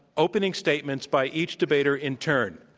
opening statements by each debater in turn.